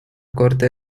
corte